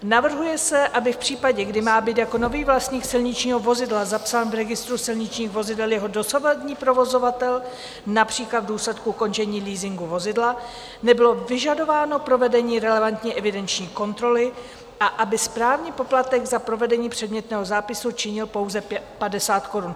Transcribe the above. Navrhuje se, aby v případě, kdy má být jako nový vlastník silničního vozidla zapsán v registru silničních vozidel jeho dosavadní provozovatel, například v důsledku ukončení leasingu vozidla, nebylo vyžadováno provedení relevantní evidenční kontroly a aby správní poplatek za provedení předmětného zápisu činil pouze 50 korun.